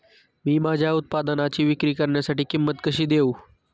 मी माझ्या उत्पादनाची विक्री करण्यासाठी किंमत कशी देऊ?